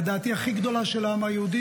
לדעתי הכי גדולה של העם היהודי,